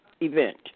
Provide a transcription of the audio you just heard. Event